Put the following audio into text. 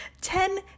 Ten